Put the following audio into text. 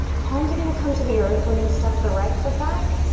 palms are gonna come to the earth. we're gonna step the right foot back,